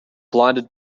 blinded